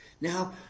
Now